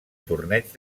torneig